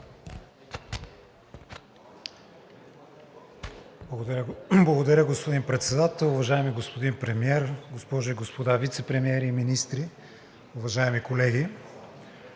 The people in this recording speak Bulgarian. Благодаря, господин Председател. Уважаеми господин Премиер, госпожи и господа вицепремиери и министри, уважаеми колеги!